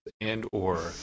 and/or